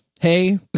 hey